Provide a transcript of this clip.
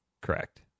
Correct